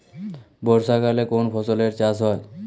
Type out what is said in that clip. বর্ষাকালে কোন ফসলের চাষ হয়?